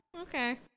Okay